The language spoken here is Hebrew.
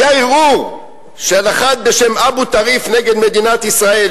היה ערעור של אחד בשם אבו טריף נגד מדינת ישראל,